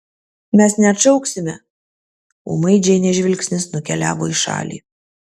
mes neatšauksime ūmai džeinės žvilgsnis nukeliavo į šalį